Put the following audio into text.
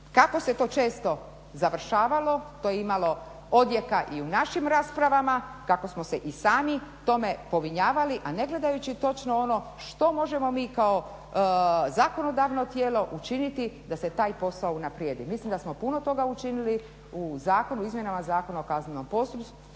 kako se to često završavalo, to je imalo odjeka i u našim raspravama, kako smo se i sami tome povinjavali, a ne gledajući točno ono što možemo mi kao zakonodavno tijelo učiniti da se taj posao unaprijedi. Mislim da smo puno toga učinili u izmjenama Zakona o kaznenom postupku,